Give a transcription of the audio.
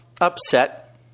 Upset